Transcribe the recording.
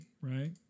right